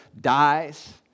dies